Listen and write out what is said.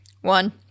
one